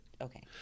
Okay